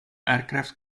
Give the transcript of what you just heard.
aircraft